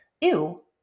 Ew